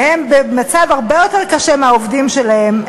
שהם במצב הרבה יותר קשה מהעובדים שלהם,